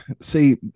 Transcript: See